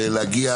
להגיע